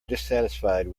dissatisfied